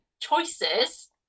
choices